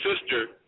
sister